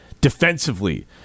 Defensively